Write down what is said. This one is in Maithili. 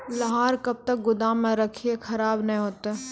लहार कब तक गुदाम मे रखिए खराब नहीं होता?